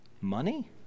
money